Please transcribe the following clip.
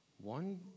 One